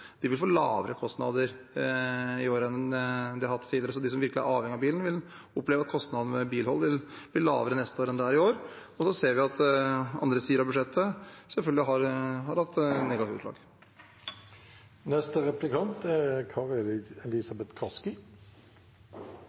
vil få lavere kostnader enn de har hatt tidligere. De som virkelig er avhengig av bilen, vil oppleve at kostnaden ved bilhold vil bli lavere neste år enn det er i år. Så ser vi at andre sider av budsjettet selvfølgelig har hatt negative utslag.